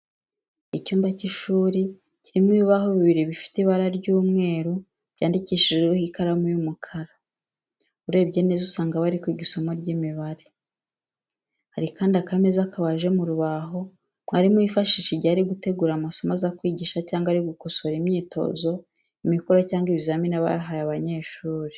Icyumba cy'ishuri kirimo ibibaho bibiri bifite ibara ry'umweru, byandikishijweho ikaramu y'umukara, urebye neza usanga bari kwiga isomo ry'imibare. Hari kandi akameza kabaje mu rubaho mwarimu yifashisha igihe ari gutegura amasomo aza kwigisha cyangwa ari gukosora imyitozo, imikoro cyangwa ibizami aba yahaye abanyeshuri.